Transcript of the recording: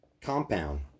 compound